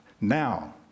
Now